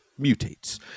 mutates